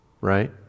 right